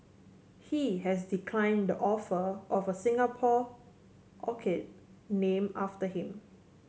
he has declined the offer of a Singapore orchid named after him